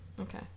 Okay